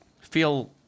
feel